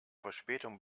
verspätung